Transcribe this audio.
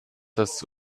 das